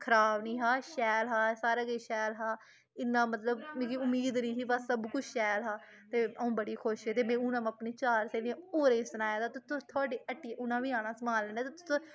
खराब निहा शैल हा सारा किश शैल हा इन्ना मतलब मिगी उमीद निही ब सब कुछ शैल हा ते आ'ऊं बड़ी खुश होई हून आ'ऊं अपनी चार स्हेलियें होरे गी सनाया थुहाड़ी हट्टिया उनै बी आना समान लैने गी